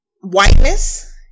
whiteness